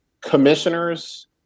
commissioners